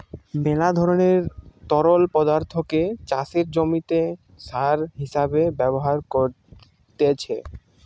মেলা ধরণের তরল পদার্থকে চাষের জমিতে সার হিসেবে ব্যবহার করতিছে